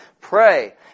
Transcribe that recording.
Pray